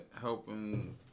helping